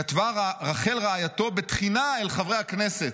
כתבה רחל רעייתו בתחינה אל חברי הכנסת.